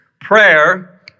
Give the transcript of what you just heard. prayer